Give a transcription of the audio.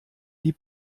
die